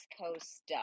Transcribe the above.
Coast